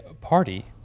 party